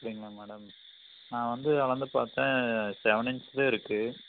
அப்படீங்களா மேடம் நான் வந்து அளந்து பாத்தேன் செவன் இன்ச் தான் இருக்கு